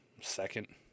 second